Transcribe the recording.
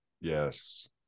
yes